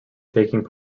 taking